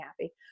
happy